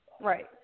Right